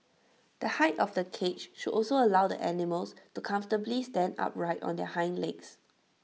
the height of the cage should also allow the animals to comfortably stand upright on their hind legs